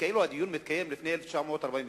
כאילו הדיון מתקיים לפני 1948,